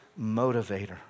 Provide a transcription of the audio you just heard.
motivator